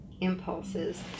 impulses